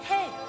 Hey